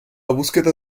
búsqueda